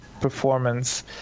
performance